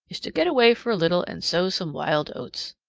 is to get away for a little and sow some wild oats.